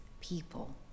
people